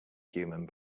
human